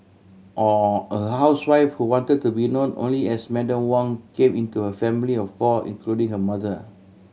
a a housewife who wanted to be known only as Madam Wong came into her family of four including her mother